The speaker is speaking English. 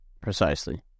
Precisely